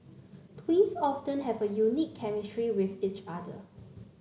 twins often have a unique chemistry with each other